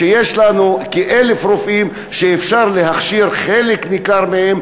ששם יש לנו כ-1,000 רופאים שאפשר להכשיר חלק ניכר מהם,